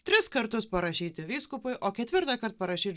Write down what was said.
tris kartus parašyti vyskupui o ketvirtąkart parašyt